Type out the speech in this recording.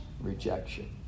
rejection